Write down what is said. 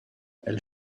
elle